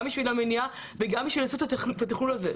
גם בשביל המניעה וגם בשביל לעשות את התכלול הזה.